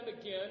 again